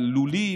על לולים,